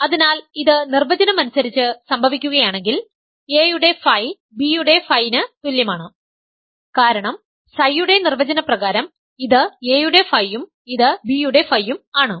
അതിനാൽ ഇത് നിർവചനം അനുസരിച്ച് സംഭവിക്കുകയാണെങ്കിൽ a യുടെ Φ b യുടെ Φ ന് തുല്യമാണ് കാരണം Ψ യുടെ നിർവചനപ്രകാരം ഇത് a യുടെ Φ ഉം ഇത് b യുടെ Φ ഉം ആണ്